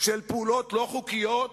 של פעולות לא חוקיות